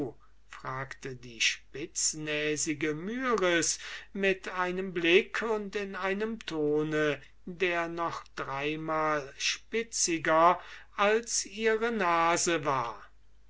fragte die spitznasige myris mit einem blick und in einem tone der noch dreimal spitziger als ihre nase war